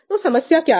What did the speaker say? तो समस्या क्या है